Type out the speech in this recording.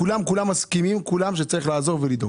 כולם מסכימים שצריך לעזור ולדאוג.